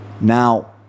Now